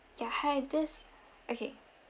yeah hi this okay